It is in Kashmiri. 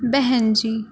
بیٚہن جی